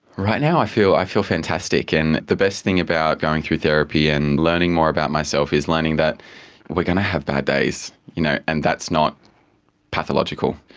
right now i feel i feel fantastic, and the best thing about going through therapy and learning more about myself is learning that we are going to have bad days you know and that's not pathological.